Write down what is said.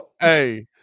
Hey